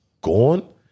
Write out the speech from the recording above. gone